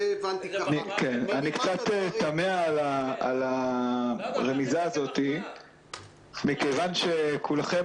אני קצת תמה על הרמיזה הזאת מכיוון שכולכם